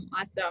awesome